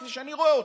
כפי שאני רואה אותו.